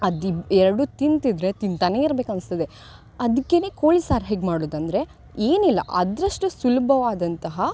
ಅದಿಬ್ ಎರಡು ತಿಂತಿದ್ದರೆ ತಿಂತಾನೇ ಇರ್ಬೇಕು ಅನ್ಸ್ತದೆ ಅದಕ್ಕೆ ಕೋಳಿ ಸಾರು ಹೇಗೆ ಮಾಡುದು ಅಂದರೆ ಏನಿಲ್ಲ ಅದರಷ್ಟು ಸುಲ್ಭವಾದಂತಹ